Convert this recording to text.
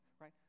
right